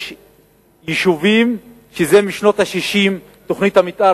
יש יישובים שמשנות ה-60 תוכנית המיתאר,